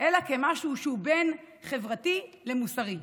אלא כמשהו שהוא בין חברתי למוסרי.